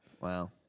Wow